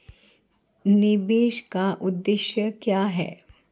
निवेश का उद्देश्य क्या है?